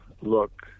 look